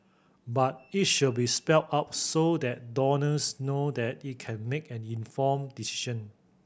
but it should be spelled out so that donors know that it can make an informed decision